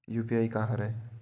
UPI का हरय?